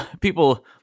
people